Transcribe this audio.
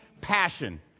passion